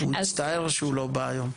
הוא יצטער שהוא לא בא היום.